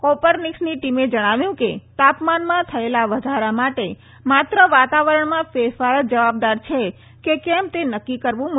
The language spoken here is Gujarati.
કોપરનિક્સની ટીમે જણાવ્યું કે તાપમાનમાં થયેલા વધારા માટે માત્ર વાતાવરણમાં ફેરફાર જ જવાબદાર છે કે કેમ તે નક્કી કરવું મુશ્કેલ છે